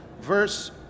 verse